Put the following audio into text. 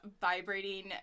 vibrating